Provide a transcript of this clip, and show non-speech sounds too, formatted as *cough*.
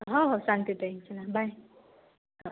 हो हो सांगते ताई *unintelligible* बाय हो